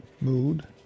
mood